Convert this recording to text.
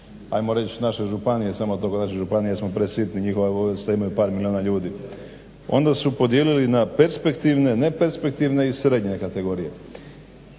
ajmo reći naše županije samo … županije smo presitni, njihova vojvodstva imaj par milijuna ljudi. Onda su podijelili na perspektivne, neperspektivne i srednje kategorije.